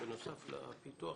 לתקנה